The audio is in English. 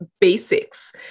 basics